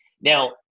Now